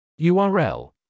URL